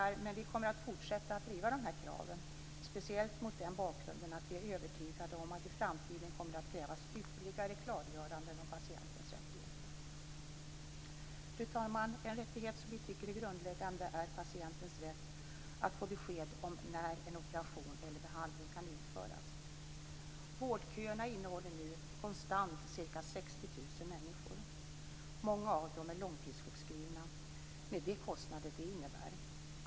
Vi kommer dock att fortsätta att driva dessa krav, speciellt mot bakgrund av att vi är övertygade om att det i framtiden kommer att krävas ytterligare klargöranden om patientens rättigheter. Fru talman! En rättighet som vi tycker är grundläggande är patientens rätt att få besked om när en operation eller behandling kan utföras. Vårdköerna innehåller nu konstant ca 60 000 människor. Många av dem är långtidssjukskrivna, med de kostnader det innebär.